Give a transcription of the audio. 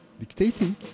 dictating